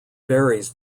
varies